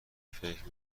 فکر